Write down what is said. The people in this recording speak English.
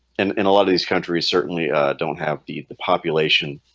and and a lot of these countries certainly don't have beat the population